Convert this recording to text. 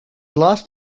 last